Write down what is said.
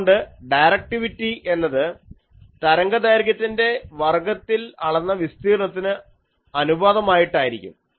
അതുകൊണ്ട് ഡയറക്ടിവിറ്റി എന്നത് തരംഗദൈർഘ്യത്തിൻറെ വർഗ്ഗത്തിൽ അളന്ന വിസ്തീർണ്ണത്തിന് അനുപാതമായിട്ടായിരിക്കും